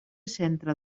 centre